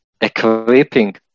equipping